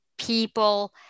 people